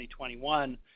2021